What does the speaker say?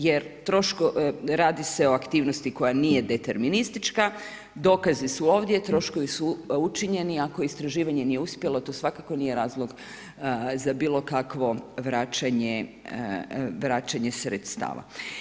Jer, radi se o aktivnosti koja nije deterministička, dokazi su ovdje, troškovi su učinjeni, ako istraživanje nije uspjelo, to svakako nije razlog, za bilo kakvo vraćanje sredstava.